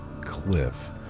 cliff